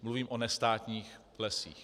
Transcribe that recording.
Mluvím o nestátních lesích.